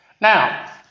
Now